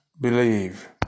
believe